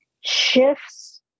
shifts